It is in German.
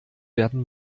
werden